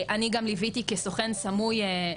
אני גם ליוויתי כ"סוכן סמוי",